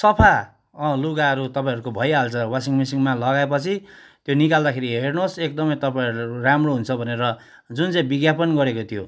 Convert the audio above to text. सफा लुगाहरू तपाईँहरूको भइहाल्छ वासिङ मिसिनमा लगाएपछि त्यो निकाल्दाखेरि हेर्नोस् एकदमै तपाईहरू राम्रो हुन्छ भनेर जुन चाहिँ विज्ञापन गरेको थियो